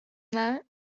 that